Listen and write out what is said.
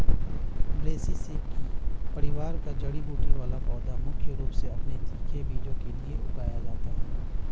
ब्रैसिसेकी परिवार का जड़ी बूटी वाला पौधा मुख्य रूप से अपने तीखे बीजों के लिए उगाया जाता है